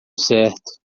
certo